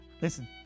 listen